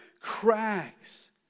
cracks